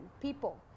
people